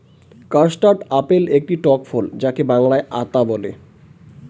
custard apple একটি টক ফল যাকে বাংলায় আতা বলে